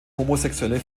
homosexuelle